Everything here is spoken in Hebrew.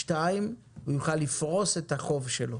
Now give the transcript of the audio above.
דבר שני, הוא יוכל לפרוס את החוב שלו.